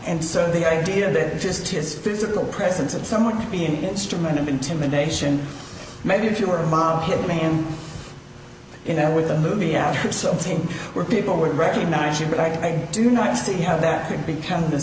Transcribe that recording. and so the idea that just his physical presence of someone to be an instrument in timid nation maybe if you were a mob hit man you know with a movie out something where people would recognize you but i do not see how that could become the